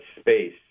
space